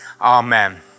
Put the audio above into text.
Amen